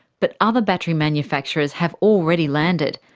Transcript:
but other battery manufacturers have already landed,